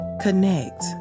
Connect